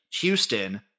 Houston